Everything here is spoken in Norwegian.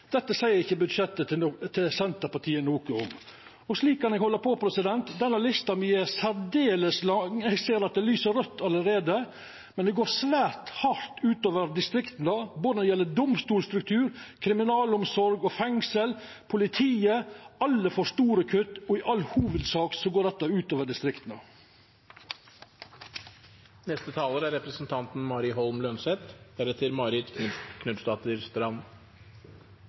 Dette seier ikkje budsjettet til Senterpartiet noko om. Slik kan eg halda på. Lista mi er særdeles lang, og eg ser at det lyser raudt allereie. Men dette går svært hardt ut over distrikta, både når det gjeld domstolsstrukturen, kriminalomsorga, fengsla og politiet. Alle får store kutt, og i all hovudsak går dette ut over